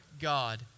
God